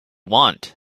want